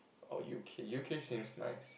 or U_K U_K seems nice